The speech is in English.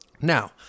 Now